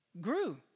grew